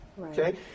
Okay